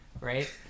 Right